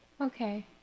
Okay